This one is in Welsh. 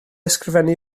ysgrifennu